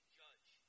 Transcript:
judge